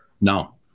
No